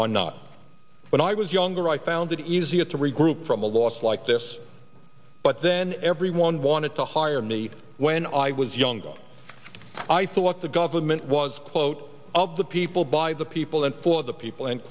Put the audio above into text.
are not when i was younger i found it easier to regroup from a loss like this but then everyone wanted to hire me when i was younger i thought the government was quote of the people by the people and for the people end